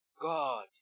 God